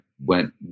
went